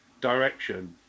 direction